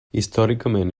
històricament